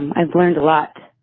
i've learned a lot